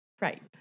right